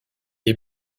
est